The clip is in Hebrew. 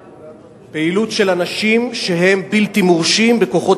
פעילות של אנשים שהם בלתי מורשים בכוחות